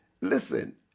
Listen